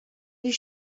you